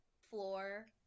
floor